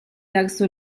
verso